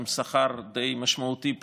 עם שכר די משמעותי לשעה,